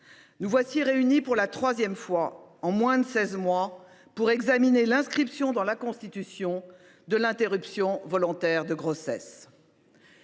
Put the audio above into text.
nous voici réunis pour la troisième fois en moins de seize mois pour examiner l’inscription dans la Constitution de l’interruption volontaire de grossesse.